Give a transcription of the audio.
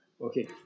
okay